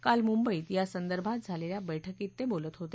काल मुंबईत यासंदर्भात झालेल्या बैठकीत ते बोलत होते